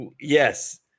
yes